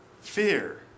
fear